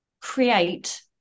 create